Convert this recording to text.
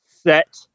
set